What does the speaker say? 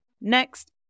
Next